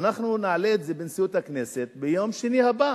ואנחנו נעלה את זה בנשיאות הכנסת ביום שני הבא,